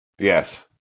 Yes